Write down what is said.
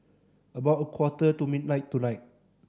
about a quarter to midnight tonight